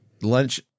lunch